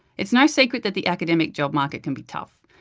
it's no secret that the academic job market can be tough.